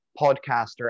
podcaster